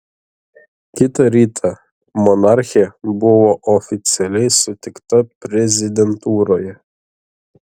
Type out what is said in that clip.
kitą rytą monarchė buvo oficialiai sutikta prezidentūroje